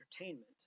entertainment